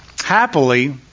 Happily